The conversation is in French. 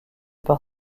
par